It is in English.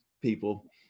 people